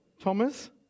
Thomas